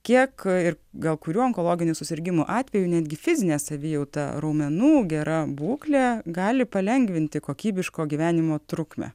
kiek ir gal kurių onkologinių susirgimų atveju netgi fizine savijauta raumenų gera būklė gali palengvinti kokybiško gyvenimo trukmę